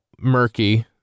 murky